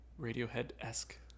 radiohead-esque